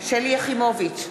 שלי יחימוביץ,